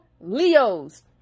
Leo's